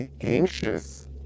anxious